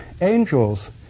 angels